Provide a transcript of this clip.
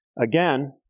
again